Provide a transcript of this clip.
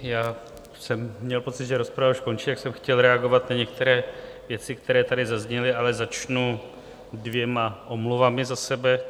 Já jsem měl pocit, že rozprava už končí, tak jsem chtěl reagovat na některé věci, které tady zazněly, ale začnu dvěma omluvami za sebe.